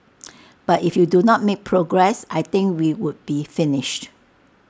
but if you do not make progress I think we would be finished